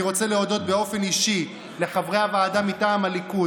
אני רוצה להודות באופן אישי לחברי הוועדה מטעם הליכוד,